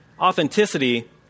authenticity